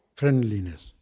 Friendliness